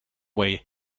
way